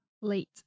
late